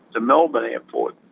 the melbourne airport,